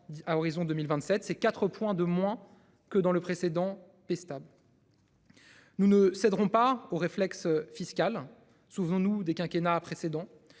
à horizon 2027 c'est 4 points de moins que dans le précédent stable. Nous ne céderons pas au réflexe fiscal. Souvenons-nous des quinquennats précédents.